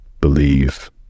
Believe